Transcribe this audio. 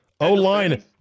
O-line